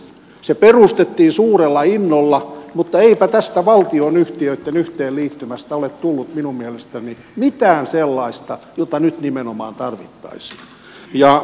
se perustettiin suurella innolla mutta eipä tästä valtionyhtiöitten yhteenliittymästä ole tullut minun mielestäni mitään sellaista jota nyt nimenomaan tarvittaisiin